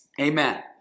amen